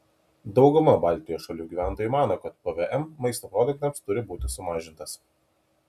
dauguma baltijos šalių gyventojų mano kad pvm maisto produktams turi būti sumažintas